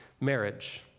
marriage